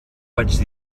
vaig